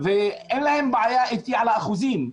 אין להם בעיה איתי על האחוזים.